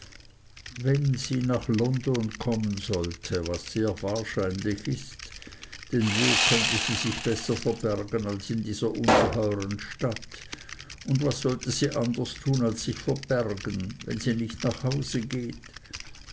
wenn sie nach london kommen sollte was sehr wahrscheinlich ist denn wo könnte sie sich besser verbergen als in dieser ungeheuern stadt und was sollte sie anders tun als sich verbergen wenn sie nicht nach haus geht